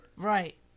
Right